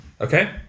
Okay